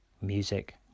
Music